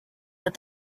that